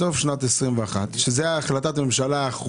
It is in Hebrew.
בסוף שנת 2021 שהיא השנה האחרונה להחלטת הממשלה,